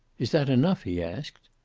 is that enough? he asked.